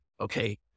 okay